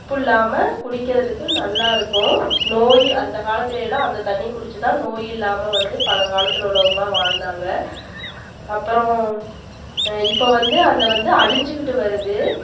உப்பு இல்லாமல் குடிக்கிறதுக்கு நல்லாயிருக்கும் நோய் அந்த காலத்துலேலாம் அந்த தண்ணி குடிச்சு தான் நோய் இல்லாமல் வந்து பழங்காலத்தில் உள்ளவங்கள்லாம் வந்து வாழ்ந்தாங்க அப்பறம் இப்போ வந்து அந்த வந்து அழிஞ்சுகிட்டு வருது